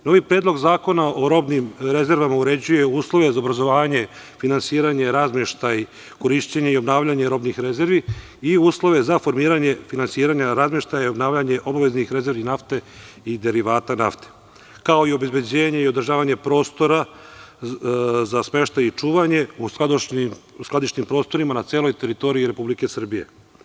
Novi Predlog zakona o robnim rezervama uređuje uslove za obrazovanje, finansiranje, razmeštaj, korišćenje i obnavljanje robnih rezervi i uslove za formiranje finansiranja razmeštaja i obnavljanja obaveznih rezervi nafte i derivata nafte, kao i obezbeđenje i održavanje prostora za smeštaj i čuvanje u skladišnim prostorima na celoj teritoriji Republike Srbije.